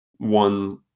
one